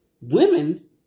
women